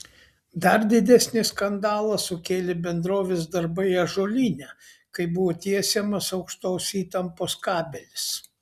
dar didesnį skandalą sukėlė bendrovės darbai ąžuolyne kai buvo tiesiamas aukštos įtampos kabelis